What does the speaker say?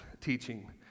teaching